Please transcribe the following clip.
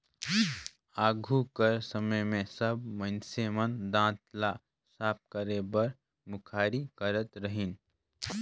आघु कर समे मे सब मइनसे मन दात ल साफ करे बर मुखारी करत रहिन